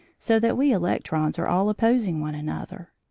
so that we electrons are all opposing one another.